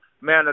Man